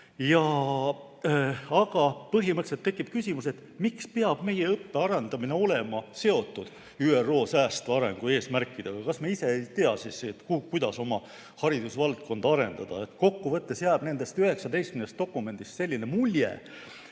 Aga põhimõtteliselt tekib küsimus, miks peab meie õppe arendamine olema seotud ÜRO säästva arengu eesmärkidega. Kas me ise ei tea, kuidas oma haridusvaldkonda arendada? Kokkuvõttes jääb nendest 19 dokumendist selline mulje,